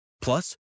Plus